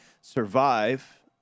survive